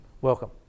welcome